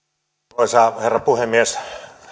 arvoisa herra puhemies